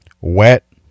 Wet